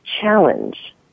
challenge